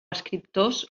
escriptors